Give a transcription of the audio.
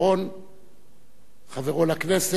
חברו לכנסת ולשירות,